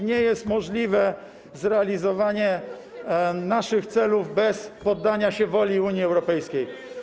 Nie jest możliwe zrealizowanie naszych celów bez poddania się woli Unii Europejskiej.